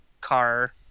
car